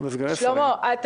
שלמה, אתה